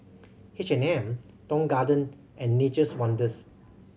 H and M Tong Garden and Nature's Wonders